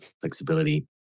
flexibility